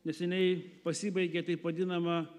neseniai pasibaigė taip vadinama